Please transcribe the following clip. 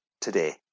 today